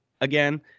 again